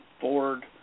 Ford